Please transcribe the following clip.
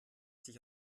sich